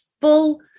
full